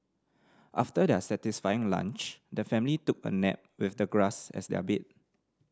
after their satisfying lunch the family took a nap with the grass as their bed